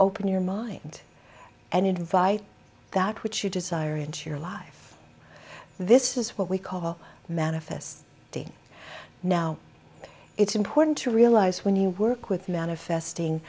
open your mind and invite that which you desire into your life this is what we call manifest now it's important to realize when you work with manifesting